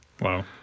Wow